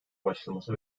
başlaması